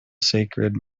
sacred